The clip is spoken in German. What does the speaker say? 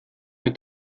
mit